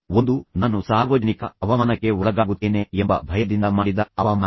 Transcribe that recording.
ಒಂದು ನಾನು ಸಾರ್ವಜನಿಕ ಅವಮಾನಕ್ಕೆ ಒಳಗಾಗುತ್ತೇನೆ ಎಂಬ ಭಯದಿಂದ ಮಾಡಿದ ಅವಮಾನ